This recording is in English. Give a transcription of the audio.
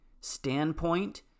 standpoint